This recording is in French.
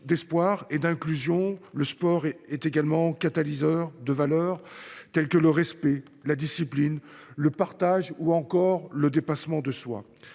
d’espoir et d’inclusion, le sport est également catalyseur de valeurs telles que le respect, la discipline, le partage ou encore le dépassement de soi.